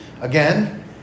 Again